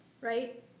right